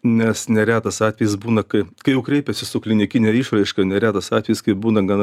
nes neretas atvejis būna kai kai jau kreipiasi su klinikine išraiška neretas atvejis kai būna gana